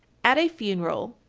at a funeral,